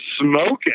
smoking